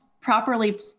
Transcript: properly